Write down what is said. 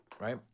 right